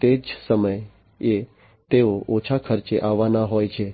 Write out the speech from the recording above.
તે જ સમયે તેઓ ઓછા ખર્ચે આવવાના હોય છે